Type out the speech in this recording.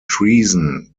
treason